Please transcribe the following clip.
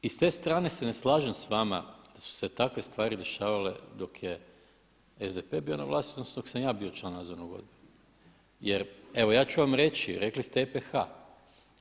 I s te strane se ne slažem s vama što su se takve stvari dešavale dok je SDP bio na vlasti odnosno dok sam ja bio član nadzornog odbora jer evo ja ću vam reći rekli ste EPH-a.